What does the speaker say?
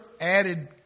added